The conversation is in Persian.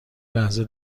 لحظه